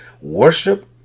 Worship